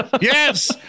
Yes